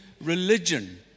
religion